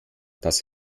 das